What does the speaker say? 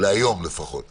וכל אחד בצד שלו.